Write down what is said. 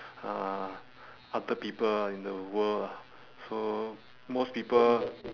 uh other people in the world lah so most people